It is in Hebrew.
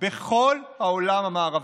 בכל העולם המערבי.